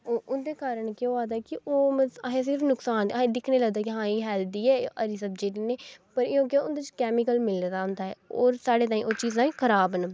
उंदे कारण केह् होआ दा कि ओह् मतलब असें गी सिर्फ नुकसान असें गी दिक्खने गी लगदा कि एह् हेल्थी ऐ एह् हरी सब्जी ऐ पर होंदा केह् कि उंदे च केमीकल मिले दा होंदा ऐ होर साढ़े ताहीं ओह् चीजां खराब न